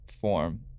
form